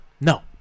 No